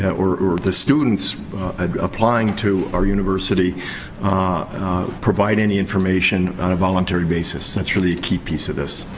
and or or the students applying to our university provide any information on a voluntary basis. that's really a key piece of this.